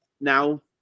now